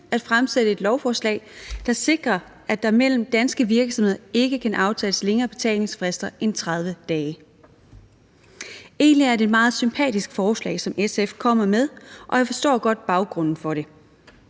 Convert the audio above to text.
at fremsætte et lovforslag, der sikrer, at der mellem danske virksomheder ikke kan aftales længere betalingsfrister end 30 dage. Egentlig er det et meget sympatisk forslag, som SF kommer med, og jeg forstår godt baggrunden for det.